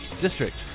district